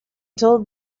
told